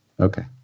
Okay